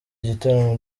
gitaramo